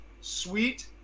sweet